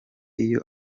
iyo